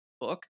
book